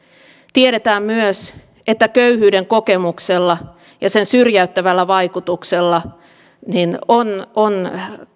tiedetään myös että köyhyyden kokemuksella ja sen syrjäyttävällä vaikutuksella on on